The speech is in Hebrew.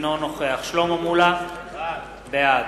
אינו נוכח שלמה מולה, בעד